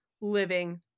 living